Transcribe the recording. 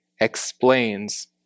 explains